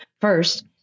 First